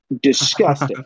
disgusting